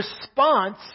response